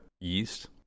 yeast